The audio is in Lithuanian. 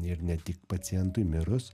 ir ne tik pacientui mirus